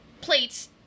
plates